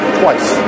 twice